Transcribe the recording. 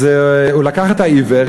אז הוא לקח את העיוור,